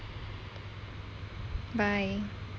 bye